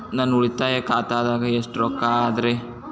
ನನ್ನ ಉಳಿತಾಯ ಖಾತಾದಾಗ ಎಷ್ಟ ರೊಕ್ಕ ಅದ ರೇ?